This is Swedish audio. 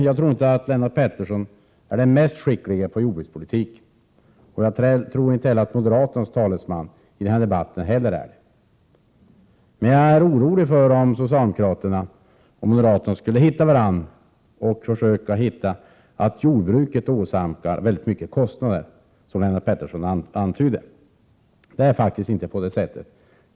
Jag tror inte att Lennart Pettersson är den mest skicklige på jordbrukspolitik. Jag tror inte heller att moderaternas talesman i den här debatten är det. Det oroar mig att socialdemokraterna och moderaterna, om de skulle hitta varandra, försöker påvisa att jordbruket åsamkar samhället mycket stora kostnader, som Lennart Pettersson antydde. Det är faktiskt inte på det sättet.